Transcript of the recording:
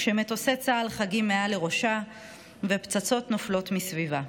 כשמטוסי צה"ל חגים מעל לראשה ופצצות נופלות מסביבה.